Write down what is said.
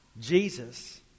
Jesus